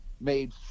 made